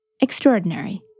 extraordinary